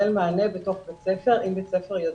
נגדיר את זה המגזר הערבי הכללי.